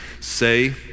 say